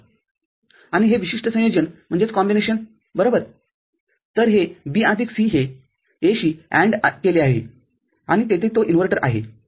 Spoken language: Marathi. आणि हे विशिष्ट संयोजन बरोबर तर हे B आदिक C हे A शी ANDकेले आहे आणि तेथे तो इन्व्हर्टरआहे